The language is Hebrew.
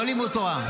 לא לימוד תורה,